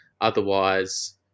otherwise